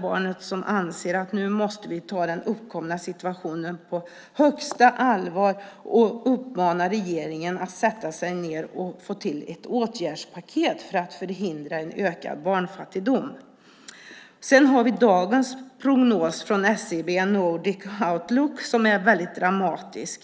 Barnen, som anser att vi nu måste ta den uppkomna situationen på största allvar och uppmana regeringen att sätta sig ned och få till ett åtgärdspaket för att förhindra en ökad barnfattigdom. Sedan har vi dagens prognos från SEB:s Nordic Outlook, som är väldigt dramatisk.